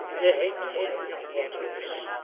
they hae ta'en young waters,